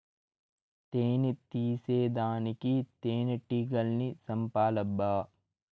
తేని తీసేదానికి తేనెటీగల్ని సంపాలబ్బా